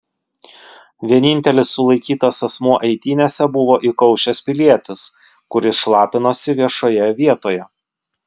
vienintelis sulaikytas asmuo eitynėse buvo įkaušęs pilietis kuris šlapinosi viešoje vietoje